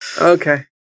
Okay